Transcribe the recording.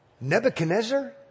Nebuchadnezzar